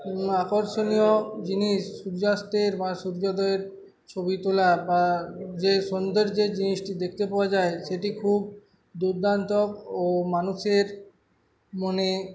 আকর্ষণীয় জিনিস সূর্যাস্তের বা সূর্যোদয়ের ছবি তোলা বা যে সৌন্দর্যের যে জিনিসটি দেখতে পাওয়া যায় সেটি খুব দুর্দান্ত ও মানুষের মনে